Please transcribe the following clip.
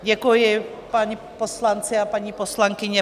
Děkuji, páni poslanci a paní poslankyně.